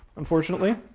unfortunately.